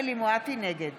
נגד